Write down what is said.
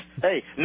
Hey